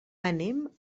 anem